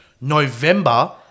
November